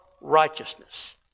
righteousness